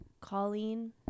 Colleen